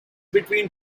between